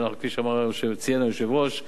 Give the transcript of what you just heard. שכפי שציין היושב-ראש,